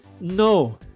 no